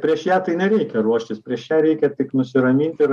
prieš ją tai nereikia ruoštis prieš ją reikia tik nusiramint ir